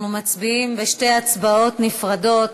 אנחנו מצביעים שתי הצבעות נפרדות.